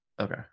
Okay